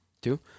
Two